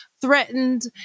threatened